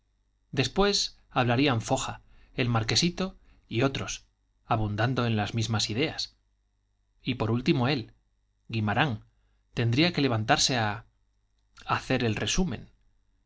después hablarían foja el marquesito y otros abundando en las mismas ideas y por último él guimarán tendría que levantarse a hacer el resumen